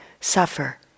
suffer